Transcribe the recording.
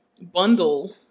bundle